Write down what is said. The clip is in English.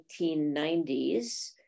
1990s